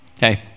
hey